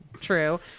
true